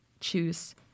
choose